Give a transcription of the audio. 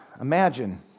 imagine